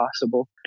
possible